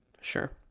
Sure